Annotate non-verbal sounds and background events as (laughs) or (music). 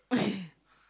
(laughs)